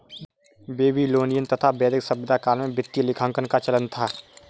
Babylonian तथा वैदिक सभ्यता काल में वित्तीय लेखांकन का चलन था